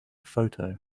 photo